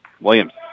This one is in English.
Williams